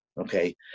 Okay